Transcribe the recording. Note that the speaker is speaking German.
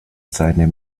seine